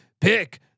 Pick